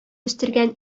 үстергән